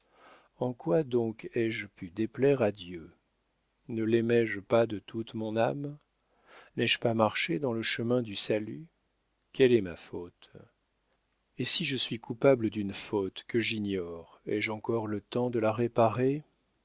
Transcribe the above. en quoi donc ai-je pu déplaire à dieu ne laimé je pas de toute mon âme n'ai-je pas marché dans le chemin du salut quelle est ma faute et si je suis coupable d'une faute que j'ignore ai-je encore le temps de la réparer